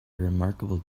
remarkable